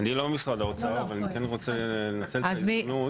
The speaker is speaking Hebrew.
אני לא משרד האוצר אבל אני כן רוצה לנצל את ההזדמנות.